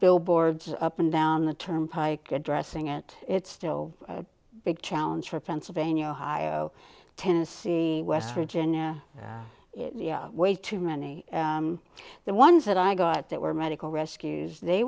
billboards up and down the turnpike addressing it it's still a big challenge for pennsylvania ohio tennessee west virginia way too many the ones that i got that were medical rescues they